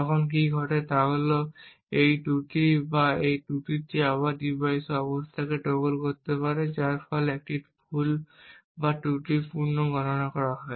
তখন কী ঘটে তা হল এই ত্রুটি বা এই ত্রুটিটি আবার ডিভাইসের অবস্থাকে টগল করতে পারে যার ফলে একটি ভুল বা ত্রুটিপূর্ণ গণনা হয়